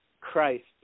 Christ